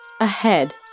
Ahead